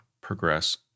progress